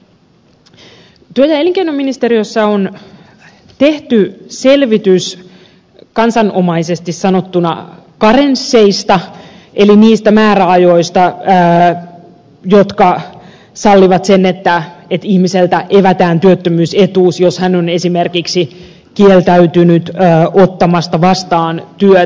työ ja elinkeinoministeriössä on tehty selvitys kansanomaisesti sanottuna karensseista eli niistä määräajoista jotka sallivat sen että ihmiseltä evätään työttömyysetuus jos hän on esimerkiksi kieltäytynyt ottamasta vastaan työtä